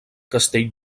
castell